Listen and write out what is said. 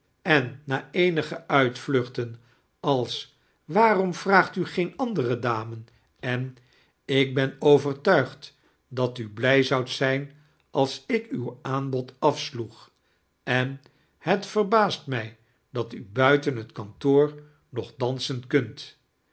en na eenige uitvluohten als waarom vraagt u geen andere dame en ik ben overtuigd dat u blij zoudt zijn als ik uw aanbo'd afsjioeg en het verbaast mij dat u buiten het kantoor nog dansen kunt